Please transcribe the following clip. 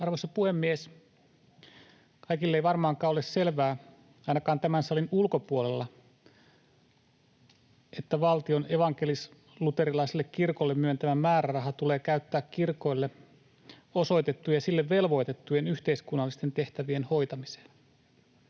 Arvoisa puhemies! Kaikille ei varmaankaan ole selvää, ainakaan tämän salin ulkopuolella, että valtion evankelis-luterilaiselle kirkolle myöntämä määräraha tulee käyttää kirkolle osoitettujen ja sille velvoitettujen yhteiskunnallisten tehtävien hoitamiseen.